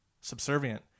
subservient